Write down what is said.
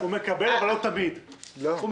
האם אף פעם הוא לא מקבל או שלא תמיד הוא מקבל?